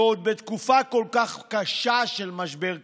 ועוד בתקופה כל כך קשה של משבר כלכלי,